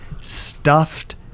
stuffed